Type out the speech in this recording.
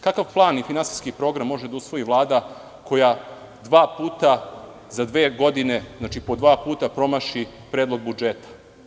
Kakav plan i finansijski program može da usvoji Vlada koja dva puta za dve godine, znači po dva puta promaši Predlog budžeta?